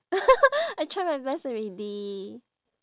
I try my best already